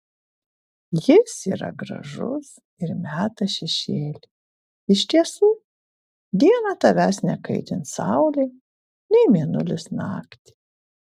jis yra gražus ir meta šešėlį iš tiesų dieną tavęs nekaitins saulė nei mėnulis naktį